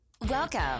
Welcome